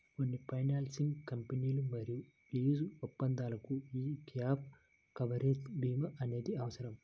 కొన్ని ఫైనాన్సింగ్ కంపెనీలు మరియు లీజు ఒప్పందాలకు యీ గ్యాప్ కవరేజ్ భీమా అనేది అవసరం